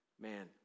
man